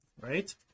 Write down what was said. right